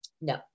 no